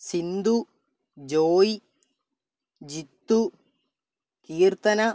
Sindhu Joy Jithu Keerthana